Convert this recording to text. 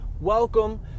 Welcome